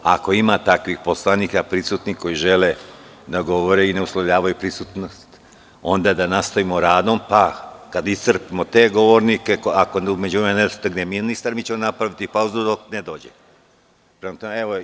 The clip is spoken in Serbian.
Ako ima takvih poslanika prisutnih koji žele da govore i ne uslovljavaju prisutnost, onda da nastavimo rad, pa kada iscrpimo te govornike, ako u međuvremenu ne stigne ministar, napravićemo pauzu dok ne dođe ministar.